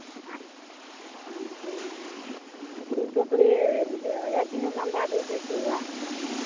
हाँ दिए दो टोकरी रजनीगंधा दे दीजिएगा